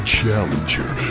challenger